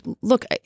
Look